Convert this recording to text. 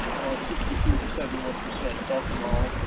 or a sixty two to seventy one percent ethanol,